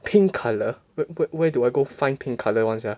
pink colour where where where do I go find pink colour [one] sia